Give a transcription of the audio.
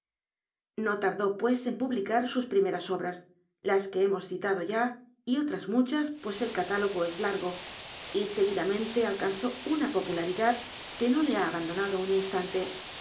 no tardó pues en publicar sus primeras obras las que hemos citado ya y otras muchas pues el calt'tlogo es largo y seguidamente alcanzó una popularidad que no le ha abandonado un instante